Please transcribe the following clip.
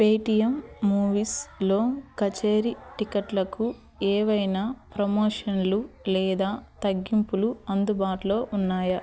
Paytm మూవీస్లో కచేరీ టిక్కెట్లకు ఏవైనా ప్రమోషన్లు లేదా తగ్గింపులు అందుబాటులో ఉన్నాయా